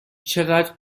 چقدر